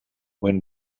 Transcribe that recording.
when